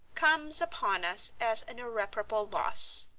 comes upon us as an irreparable loss.